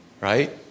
right